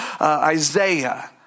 Isaiah